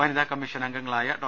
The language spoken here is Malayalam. വനിതാ കമ്മീഷൻ അംഗങ്ങ ളായ ഡോ